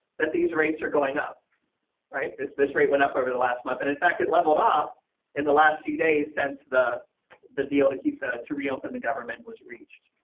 that these rates are going up right this this rate went up over the last month, and in fact it leveled off in the last few days since the the deal to keep the to reopen the government was reached.